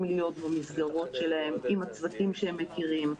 להיות במסגרות שלהם עם הצוותים שהם מכירים.